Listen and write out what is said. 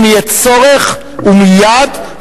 אם יהיה צורך ומייד,